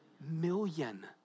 Million